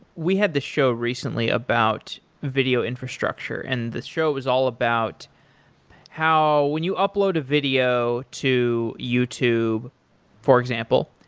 we had this show recently about video infrastructure, and this show is all about how when you upload a video to youtube, for example,